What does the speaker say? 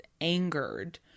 angered